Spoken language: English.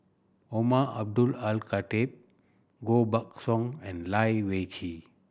Umar Abdullah Al Khatib Koh Buck Song and Lai Weijie